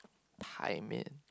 time it